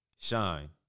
Shine